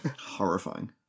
Horrifying